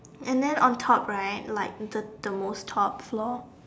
and then on top right like the the most top floor